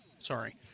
Sorry